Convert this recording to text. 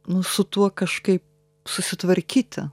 nu su tuo kažkaip susitvarkyti